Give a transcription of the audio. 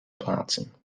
plaatsen